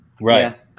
Right